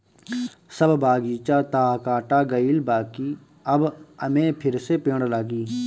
सब बगीचा तअ काटा गईल बाकि अब एमे फिरसे पेड़ लागी